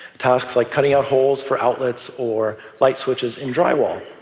tasks like cutting out holes for outlets or light switches in drywall.